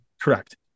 Correct